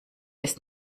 ist